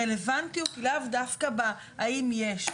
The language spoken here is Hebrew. הרלוונטיות היא לאו דווקא בהאם יש.